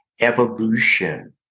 evolution